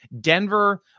Denver